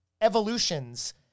evolutions